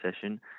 session